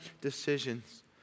decisions